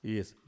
Yes